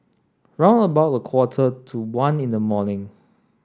round about a quarter to one in the morning